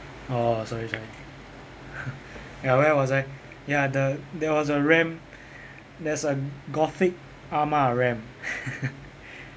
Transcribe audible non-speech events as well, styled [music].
orh sorry sorry ya where was I ya the there was a ram there's a gothic ah ma ram [laughs]